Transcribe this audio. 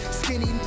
skinny